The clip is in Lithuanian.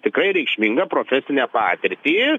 tikrai reikšminga profesinę patirtį